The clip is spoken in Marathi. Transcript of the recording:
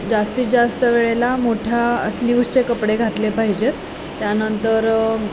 जास्तीत जास्त वेळेला मोठ्या स्लीव्सचे कपडे घातले पाहिजेत त्यानंतर